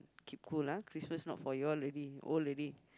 keep cool ah Christmas not for you all already old already